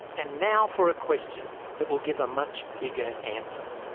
and now for a question that will give a much bigger answer.